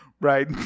Right